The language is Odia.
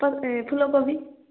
ଫୁଲକୋବି